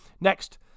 Next